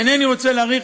אינני רוצה להאריך,